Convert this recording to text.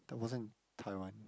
that wasn't Taiwan